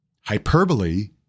hyperbole